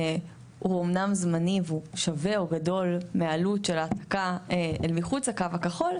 הוא אמנם זמני והוא שווה או גדול לעלות של העתקה אל מחוץ לקו הכחול,